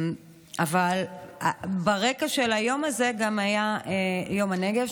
אבל ברקע של היום הזה היה גם יום הנגב,